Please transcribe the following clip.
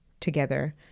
together